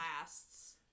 lasts